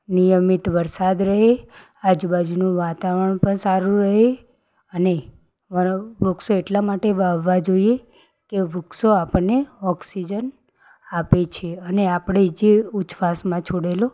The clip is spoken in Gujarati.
નિયમિત વરસાદ રહે આજુબાજુનું વાતાવરણ પણ સારું રહે અને વૃક્ષો એટલા માટે વાવવા જોઈએ કે વૃક્ષો આપણને ઓક્સિજન આપે છે અને આપણે જ ઉછવાસમાં છોડેલો